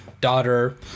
daughter